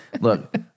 look